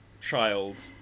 child